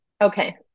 Okay